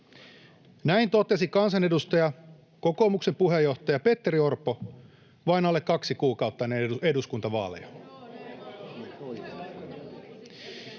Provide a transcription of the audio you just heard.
Näin totesi kansanedustaja, kokoomuksen puheenjohtaja Petteri Orpo vain alle kaksi kuukautta ennen eduskuntavaaleja.